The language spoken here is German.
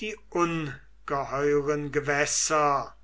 die ungeheuren gewässer